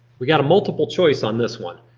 we've got a multiple choice on this one.